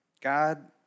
God